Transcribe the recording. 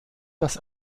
dass